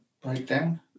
breakdown